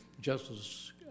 justice